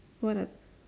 what are